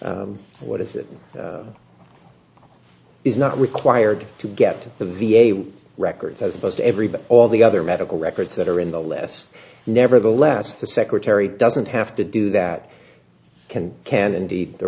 what is it is not required to get the v a records as opposed to every but all the other medical records that are in the list nevertheless the secretary doesn't have to do that can can indeed the